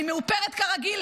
אני מאופרת כרגיל,